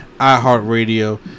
iHeartRadio